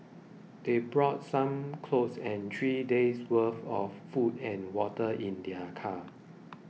they brought some clothes and three days' worth of food and water in their car